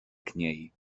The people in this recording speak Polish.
kniei